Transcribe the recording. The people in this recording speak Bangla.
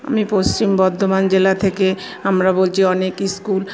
আমি পশ্চিম বর্ধমান জেলা থেকে আমরা বলছি অনেক স্কুল